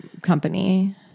company